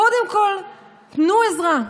קודם כול תנו עזרה,